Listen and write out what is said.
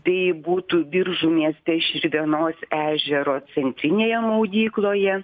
tai būtų biržų mieste širvėnos ežero centrinėje maudykloje